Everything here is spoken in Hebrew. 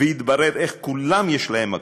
ויתבררו איך כולם יש להם מקום,